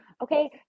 okay